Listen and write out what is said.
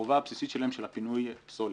בחובה הבסיסית שלהן של הפינוי פסולת.